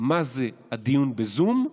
מה זה הדיון בזום,